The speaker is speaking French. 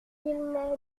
n’est